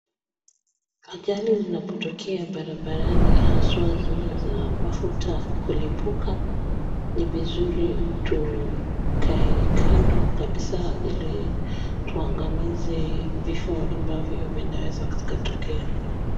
Ajali zinapotokea barabarani haswa za kulipuka ni vizuri tukae kando kabisaa ili tuangamize vifo ambavyo vinaweza kutokea.